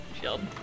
shield